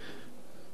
את התורים,